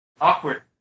awkward